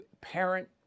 parent